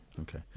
Okay